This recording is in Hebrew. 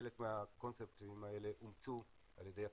חלק מהקונספטים האלה אומצו על ידי הקבינט.